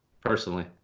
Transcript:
personally